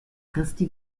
christi